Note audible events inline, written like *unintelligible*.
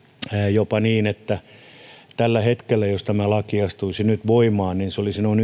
jopa niin että tällä hetkellä jos tämä laki astuisi nyt voimaan olisi noin *unintelligible*